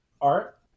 art